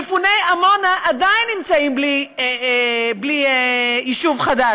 מפוני עמונה עדיין נמצאים בלי יישוב חדש.